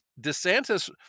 DeSantis